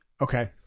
Okay